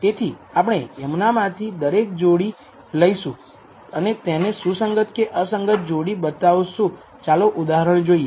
તેથી આપણે યમુના માંથી દરેક જોડી લઈશું અને તેને સુસંગત કે અસંગત જોડી બતાવીશું ચાલો ઉદાહરણ જોઈએ